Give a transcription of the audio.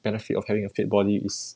benefit of having a fit body is